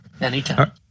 Anytime